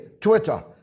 Twitter